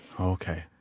Okay